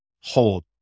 hold